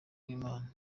wimana